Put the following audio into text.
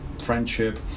friendship